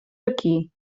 aquí